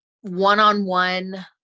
one-on-one